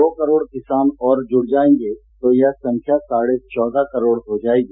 दो करोड़ किसान और जुड़ जाएंगे तो यह संख्या साढ़े चौदह करोड़ हो जाएगी